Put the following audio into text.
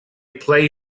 play